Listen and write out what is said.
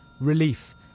relief